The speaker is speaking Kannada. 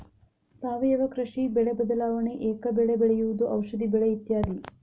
ಸಾವಯುವ ಕೃಷಿ, ಬೆಳೆ ಬದಲಾವಣೆ, ಏಕ ಬೆಳೆ ಬೆಳೆಯುವುದು, ಔಷದಿ ಬೆಳೆ ಇತ್ಯಾದಿ